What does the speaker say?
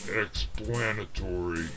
explanatory